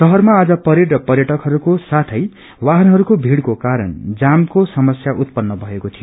शहरमा आजको परेड र पर्यटकहरूको सथथ वाहनहरूको भीइका क्वरण जामको समस्या उत्पन्न भएको थियो